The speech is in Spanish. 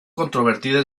controvertida